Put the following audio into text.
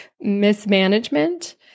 mismanagement